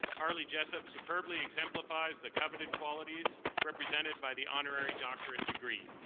harley jessup superbly exemplifies the coveted qualities represented by the honorary doctorate degree.